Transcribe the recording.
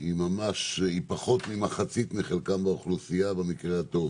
היא פחות ממחצית מחלקם באוכלוסייה במקרה הטוב.